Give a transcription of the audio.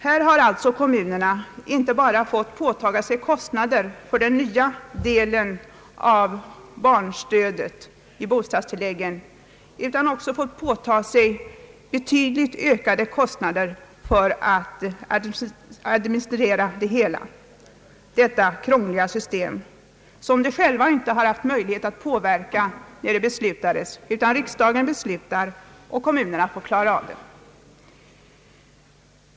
Här har alltså kommunerna inte bara fått påta sig kostnaderna för den nya delen av barnstödet i bostadstilläggen utan också fått påta sig betydligt ökade kostnader för att administrera detta krångliga system som de själva inte haft möjlighet att besluta om utan som riksdagen beslutat och som kommunerna därefter fått klara av.